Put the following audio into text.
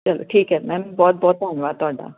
ਚਲੋ ਠੀਕ ਹੈ ਮੈਮ ਬਹੁਤ ਬਹੁਤ ਧੰਨਵਾਦ ਤੁਹਾਡਾ